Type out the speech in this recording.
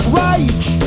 rage